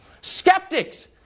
skeptics